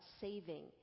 saving